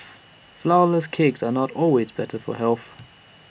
Flourless Cakes are not always better for health